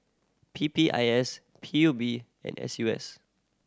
P P I S P U B and S U S S